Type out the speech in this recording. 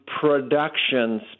production